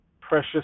precious